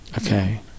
Okay